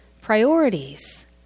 priorities